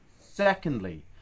Secondly